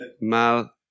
Mal